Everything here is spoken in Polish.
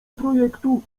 projektu